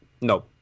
No